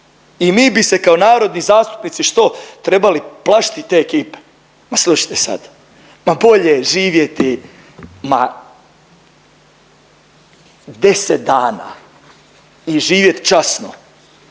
I mi bi se kao narodni zastupnici, što, trebali plašiti te ekipe? Ma slušajte sad, ma bolje je živjeti ma 10 dana i živjet časno